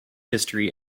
history